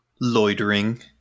Loitering